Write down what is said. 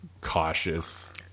cautious